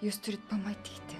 jūs turit pamatyti